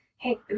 Hey